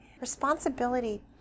responsibility